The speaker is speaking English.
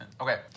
okay